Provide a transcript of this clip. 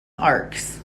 arcs